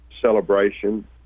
celebration